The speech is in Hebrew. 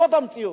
זאת המציאות.